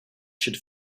should